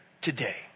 today